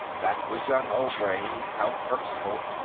that was young obray, count erskyll,